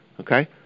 Okay